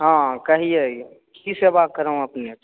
हॅं कहियै कि सेवा करु अपनेके